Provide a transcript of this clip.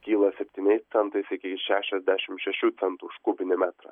kyla septyniais centais iki šešiasdešim šešių centų už kubinį metrą